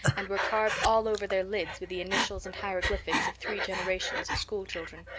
and were carved all over their lids with the initials and hieroglyphics of three generations of school children.